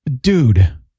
Dude